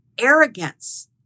arrogance